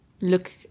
look